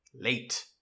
Late